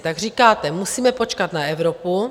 Tak říkáte: musíme počkat na Evropu.